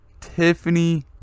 Tiffany